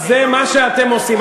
זה מה שאתם עושים.